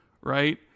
right